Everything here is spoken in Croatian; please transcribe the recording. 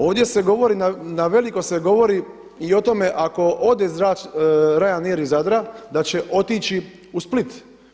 Ovdje se govori, na veliko se govori i o tome ako ode Ryanair iz Zadra da će otići u Split.